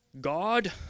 God